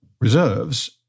reserves